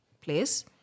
place